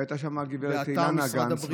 והייתה שם הגב' אילנה גנץ,